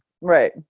Right